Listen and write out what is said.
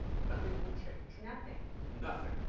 nothing will change. nothing. nothing.